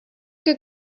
good